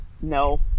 No